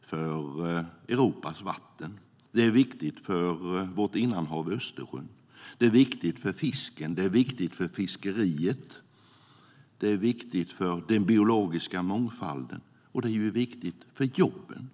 för Europas vatten. Det är viktigt för vårt innanhav Östersjön. Det är viktigt för fisken. Det är viktigt för fiskeriet. Det är viktigt för den biologiska mångfalden. Och det är viktigt för jobben.